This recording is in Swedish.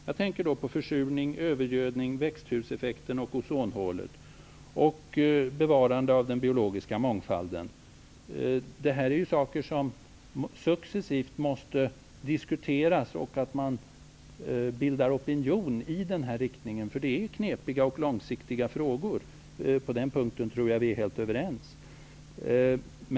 Jag tänker på försurningen, övergödningen, växthuseffekten, ozonhålet och bevarandet av den biologiska mångfalden. Detta måste successivt diskuteras, och man måste bilda opinion i den här riktningen. Det är knepiga och långsiktiga frågor. På den punkten tror jag att vi är helt överens.